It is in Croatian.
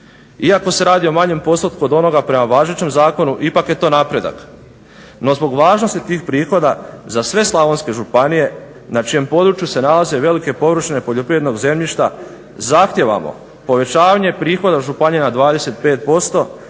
Iako se radi o manjem postotku od onoga prema važećem zakonu ipak je to napredak, no zbog važnosti tih prihoda za sve slavonske županije na čijem području se nalaze velike površine poljoprivrednog zemljišta zahtijevamo povećavanje prihoda županija na 25%